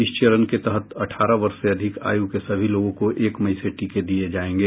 इस चरण के तहत अठारह वर्ष से अधिक आयु के सभी लोगों को एक मई से टीके दिये जायेंगे